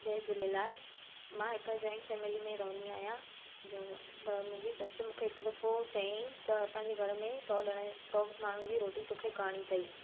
जय झूलेलाल मां हिकु joint family में रहंदी आहियां त मुंहिंजी ससु मुखे हिकु दफ़ो चईं त असांजे घर में सौ ॼणनि सौ माण्हुनि जी रोटी तोखे करणी अथई